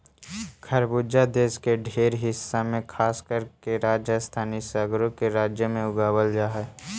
खरबूजा देश के ढेर हिस्सा में खासकर के राजस्थान इ सगरो के राज्यों में उगाबल जा हई